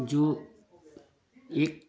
जो एक